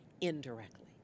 indirectly